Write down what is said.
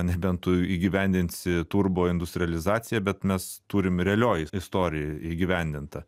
nebent tu įgyvendinsi turbo industrializaciją bet mes turim realioj istorijoj įgyvendintą